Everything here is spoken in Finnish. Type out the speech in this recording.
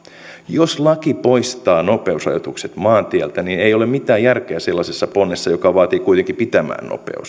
jos laki poistaa nopeusrajoitukset maantieltä ei ole mitään järkeä sellaisessa ponnessa joka vaatii kuitenkin pitämään nopeusrajoitukset